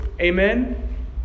amen